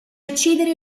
uccidere